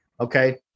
Okay